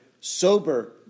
sober